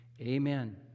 Amen